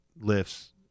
lifts